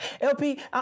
LP